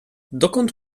dokąd